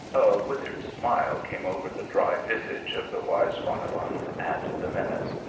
withered smile came over the dry visage of the wise bonabbon at the menace.